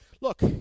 look